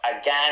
again